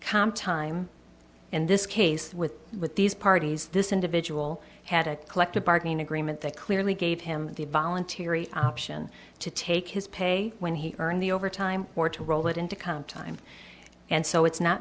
calm time in this case with with these parties this individual had a collective bargaining agreement that clearly gave him the volunteer e option to take his pay when he earned the overtime or to roll it into come time and so it's not